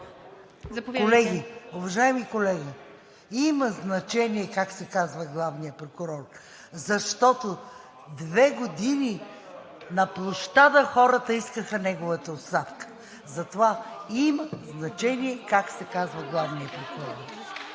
(ИТН): Уважаеми колеги! Има значение как се казва главният прокурор, защото две години на площада хората искаха неговата оставка. Затова има значение как се казва главният прокурор.